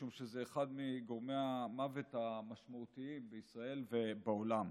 משום שזה אחד מגורמי המוות המשמעותיים בישראל ובעולם.